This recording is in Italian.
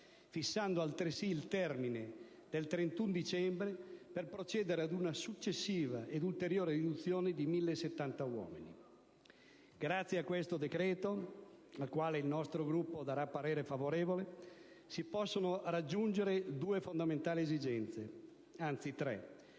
fissando altresì il termine del 31 dicembre per procedere ad una successiva e ulteriore riduzione di 1.070 uomini. Grazie a questo decreto, al quale il nostro Gruppo darà un voto favorevole, si possono soddisfare tre fondamentali esigenze: la